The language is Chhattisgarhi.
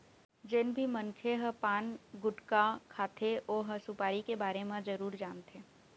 जेन भी मनखे ह पान, गुटका खाथे ओ ह सुपारी के बारे म जरूर जानथे